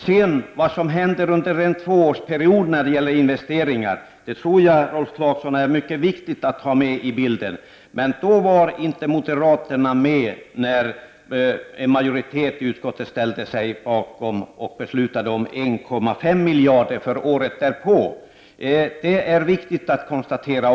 Jag tror, Rolf Clarkson, att det är mycket viktigt att ha med i bilden vad som händer under en tvåårsperiod när det gäller investeringar. Men moderaterna var inte med när en majoritet i utskottet ställde sig bakom och beslutade om 1,5 miljarder för året därpå. Det är viktigt att konstatera.